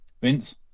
Vince